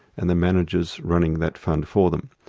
and the managers running that fund for them.